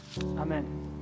Amen